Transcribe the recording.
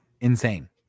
Insane